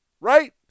right